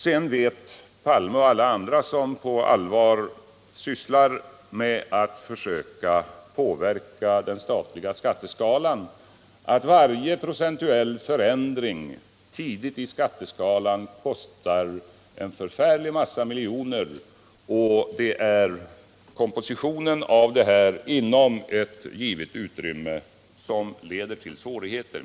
Herr Palme och alla andra som på allvar sysslar med att försöka påverka den statliga skatteskalan vet att varje procentuell förändring tidigt i skatteskalan kostar en förfärlig massa miljoner och att det är kompositionen av det här inom ett givet utrymme som leder till svårigheter.